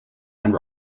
and